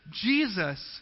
Jesus